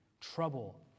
trouble